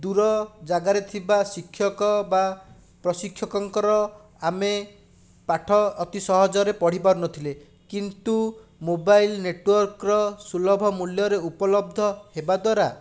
ଦୂର ଜାଗାରେ ଥିବା ଶିକ୍ଷକ ବା ପ୍ରଶିକ୍ଷକଙ୍କର ଆମେ ପାଠ ଅତି ସହଜରେ ପଢ଼ି ପାରୁନଥିଲେ କିନ୍ତୁ ମୋବାଇଲ ନେଟୱାର୍କର ସୁଲଭ ମୂଲ୍ୟରେ ଉପଲବ୍ଧ ହେବାଦ୍ୱାରା